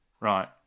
right